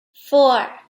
four